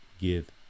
give